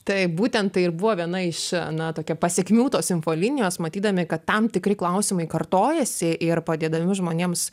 taip būtent tai ir buvo viena iš na tokia pasekmių tos infolinijos matydami kad tam tikri klausimai kartojasi ir padėdami žmonėms